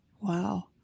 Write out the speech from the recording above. Wow